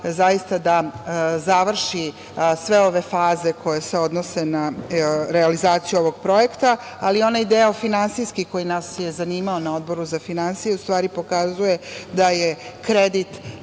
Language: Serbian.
zaista da završi sve ove faze koje se odnose na realizaciju ovog projekta, ali onaj deo finansijski koji nas je zanimao na Odboru za finansije pokazuje da je kredit